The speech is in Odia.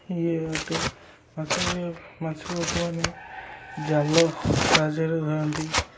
ଇଏ ଅଟେ ମାଛ ମାଛ ଲୋକମାନେ ଜାଲ ସାହାଯ୍ୟରେ ଧରନ୍ତି